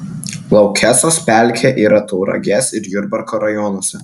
laukesos pelkė yra tauragės ir jurbarko rajonuose